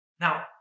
Now